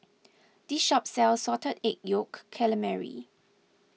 this shop sells Salted Egg Yolk Calamari